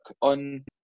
on